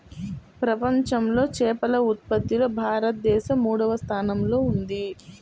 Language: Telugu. ప్రపంచంలో చేపల ఉత్పత్తిలో భారతదేశం మూడవ స్థానంలో ఉంది